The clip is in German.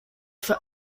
für